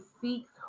seeks